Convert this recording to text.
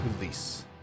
release